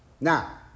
Now